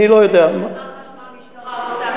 מעבר למח"ש מה המשטרה עושה?